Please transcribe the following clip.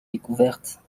découverte